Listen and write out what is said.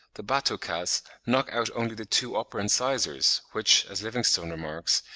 the batokas knock out only the two upper incisors, which, as livingstone remarks,